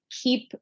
keep